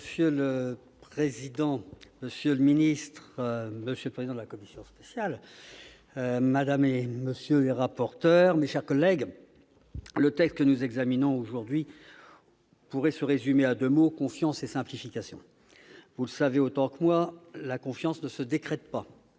Monsieur le président, monsieur le secrétaire d'État, monsieur le président de la commission spéciale, madame, monsieur les rapporteurs, mes chers collègues, le texte que nous examinons aujourd'hui pourrait se résumer en deux mots :« confiance » et « simplification ». Vous le savez autant que moi, la confiance ne se décrète pas.